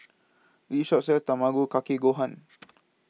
This Shop sells Tamago Kake Gohan